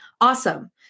Awesome